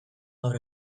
gaur